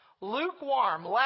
lukewarm